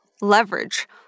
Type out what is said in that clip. leverage